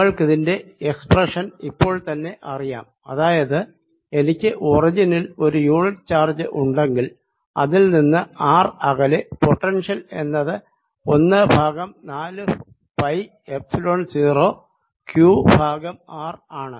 നിങ്ങൾക്കിതിന്റെ expression ഇപ്പോൾത്തന്നെ അറിയാം അതായത് എനിക്ക് ഒറിജിനിൽ ഒരു യൂണിറ്റ് ചാർജ് ഉണ്ടെങ്കിൽ അതിൽ നിന്ന് r അകലെ പൊട്ടൻഷ്യൽ എന്നത് ഒന്ന് ബൈ നാലു pi epsilon 0 q by r ആണ്